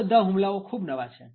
આ બધા હુમલાઓ ખુબ નવા છે